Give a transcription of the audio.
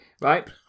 right